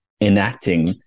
enacting